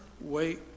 wait